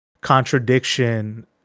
contradiction